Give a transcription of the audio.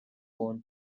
own